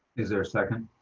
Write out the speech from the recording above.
is there a second?